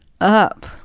up